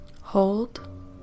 hold